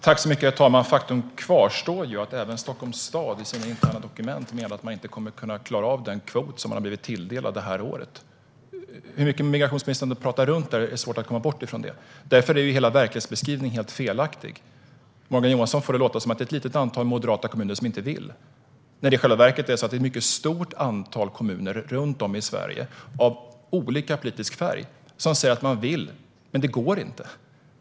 Herr talman! Faktum kvarstår. Även Stockholms stad menar i sina interna dokument att man inte kommer att klara av den kvot som man har blivit tilldelad detta år. Hur mycket migrationsministern än talar runt det är det svårt att komma bort från det. Därför är hela verklighetsbeskrivningen helt felaktig. Morgan Johansson får det att låta som att det är ett litet antal moderata kommuner som inte vill när det i själva verket är ett mycket stort antal kommuner runt om i Sverige, av olika politisk färg, som säger att de vill men att det inte går.